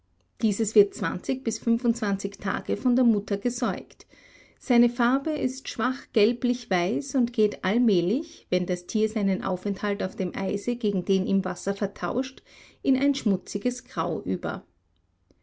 dieses wird zwanzig bis fünfundzwanzig tage von der mutter gesäugt seine farbe ist schwach gelblich weiß und geht allmählich wenn das tier seinen aufenthalt auf dem eise gegen den im wasser vertauscht in ein schmutziges grau über